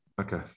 Okay